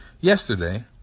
Yesterday